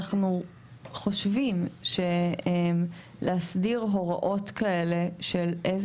אנחנו חושבים שלאסדיר הוראות כאלה של איזה